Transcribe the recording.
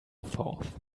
forth